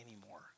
anymore